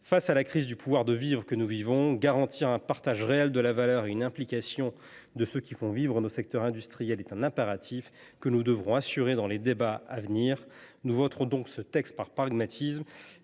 Face à la crise du pouvoir de vivre que nous traversons, garantir un réel partage de la valeur et une implication de ceux qui font vivre nos secteurs industriels est un impératif, dont nous devrons assurer le respect au cours des débats à venir. Nous voterons ce texte par pragmatisme.